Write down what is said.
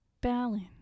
Balance